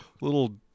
little